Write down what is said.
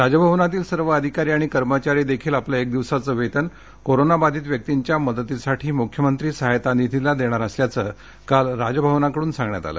राजभवनातील सर्व अधिकारी आणि कर्मचारी देखील आपलं एक दिवसाचं वेतन करोना बाधित व्यक्तींच्या मदतीसाठी मुख्यमंत्री सहायता निधीला देणार असल्याचं काल राजभवनाकडून सांगण्यात आलं